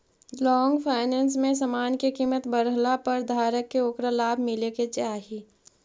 long finance में समान के कीमत बढ़ला पर धारक के ओकरा लाभ मिले के चाही